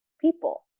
people